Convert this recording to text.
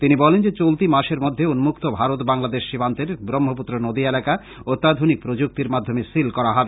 তিনি বলেন যে চলতি মাসের মধ্যে উন্মক্ত ভারত বাংলাদেশ সীমান্তের ব্রহ্মপুত্র নদী এলাকা অত্যাধুনিক প্রযুক্তির মাধ্যমে সীল করা হবে